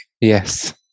yes